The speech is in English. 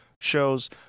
shows